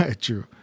True